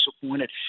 disappointed